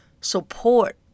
support